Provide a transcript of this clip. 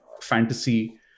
fantasy